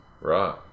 Right